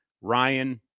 Ryan